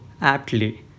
aptly